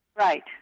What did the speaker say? Right